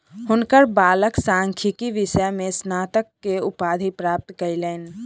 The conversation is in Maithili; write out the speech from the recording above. हुनकर बालक सांख्यिकी विषय में स्नातक के उपाधि प्राप्त कयलैन